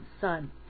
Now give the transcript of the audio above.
son